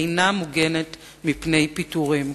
אינה מוגנת מפני פיטורים.